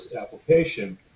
application